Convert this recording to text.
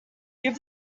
give